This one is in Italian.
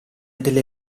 delle